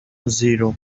zero